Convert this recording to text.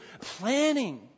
planning